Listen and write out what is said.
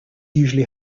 usually